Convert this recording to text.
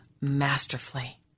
masterfully